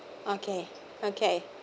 okay okay